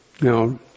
Now